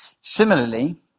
Similarly